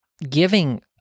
giving